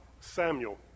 Samuel